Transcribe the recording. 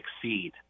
succeed